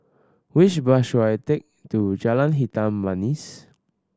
which bus should I take to Jalan Hitam Manis